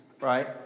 right